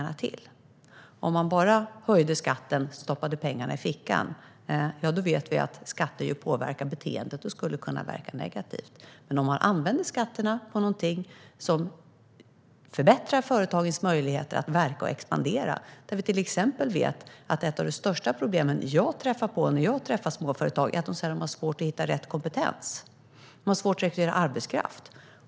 Det skulle kunna påverka negativt om man bara höjde skatten och stoppade pengarna i fickan - vi vet ju att skatter påverkar beteendet. Men det är annorlunda om man använder skatteintäkterna till någonting som förbättrar företagens möjligheter att verka och expandera. När jag träffar småföretagare säger de att ett av de största problemen är att de har svårt att rekrytera arbetskraft med rätt kompetens.